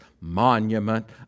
monument